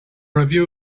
review